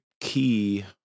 key